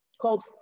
called